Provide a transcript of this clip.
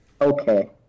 Okay